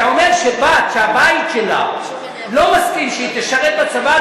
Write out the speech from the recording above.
אתה אומר שבת שהבית שלה לא מסכים שהיא תשרת בצבא,